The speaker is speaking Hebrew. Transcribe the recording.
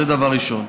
זה דבר ראשון.